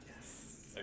Yes